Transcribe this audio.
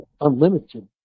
unlimited